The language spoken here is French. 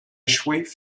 échouer